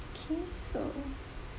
okay so